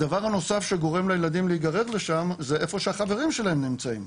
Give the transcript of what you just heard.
הדבר הנוסף שגורם לילדים להיגרר לשם זה איפה שהחברים שלהם נמצאים,